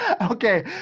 okay